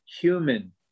human